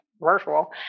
virtual